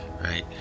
right